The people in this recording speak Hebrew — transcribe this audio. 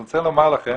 אני רוצה לומר לכם